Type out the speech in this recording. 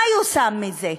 מה יושם מזה?